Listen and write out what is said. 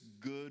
good